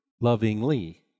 lovingly